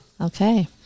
Okay